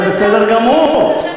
עוד תהיה שמחה גדולה.